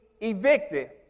evicted